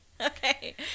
Okay